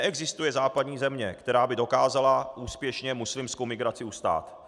Neexistuje západní země, která by dokázala úspěšně muslimskou migraci ustát.